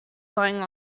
going